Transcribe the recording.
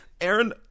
Aaron